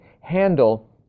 handle